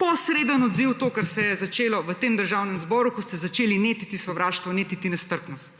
posreden odziv to, kar se je začelo v tem Državnem zboru, ko ste začeli netiti sovraštvo, netiti nestrpnost.